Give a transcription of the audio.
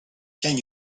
can